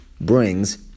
brings